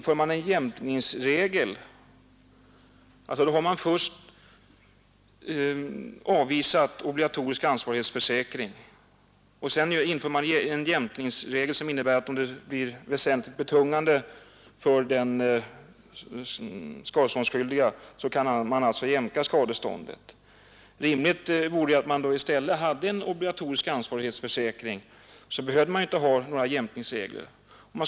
Förutom att man alltså avvisat tanken på obligatorisk ansvarighetsförsäkring inför man en jämkningsregel som innebär att om skadeståndet blir oskäligt betungande för den skadeståndsskyldige så kan detta jämkas. Rimligt vore att i stället ha en obligatorisk ansvarighetsförsäkring, ty då behövs inga jämkningsregler.